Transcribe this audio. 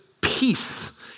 peace